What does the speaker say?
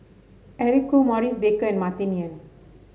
Eric Khoo Maurice Baker and Martin Yan